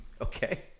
okay